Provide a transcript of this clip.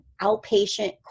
outpatient